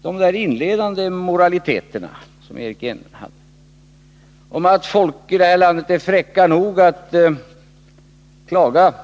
De inledande moraliteter som Eric Enlund hade om att folk i det här landet är fräcka nog att klaga